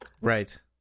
Right